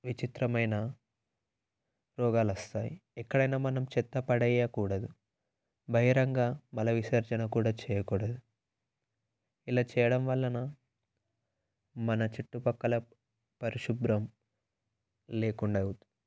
విచిత్రమైన రోగాలు వస్తాయి ఎక్కడైనా మనం చెత్త పడేయకూడదు బహిరంగ మలవిసర్జన కూడా చేయకూడదు ఇలా చేయడం వలన మన చుట్టుపక్కల పరిశుభ్రం లేకుండా అవు